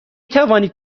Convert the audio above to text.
توانید